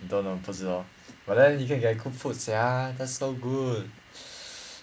don't know 不知道 but then you can get good food sia that's so good